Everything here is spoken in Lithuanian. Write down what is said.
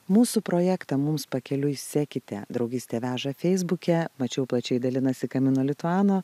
mūsų projektą mums pakeliui sekite draugystė veža feisbuke mačiau plačiai dalinasi kamino lituano